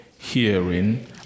Hearing